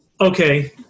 okay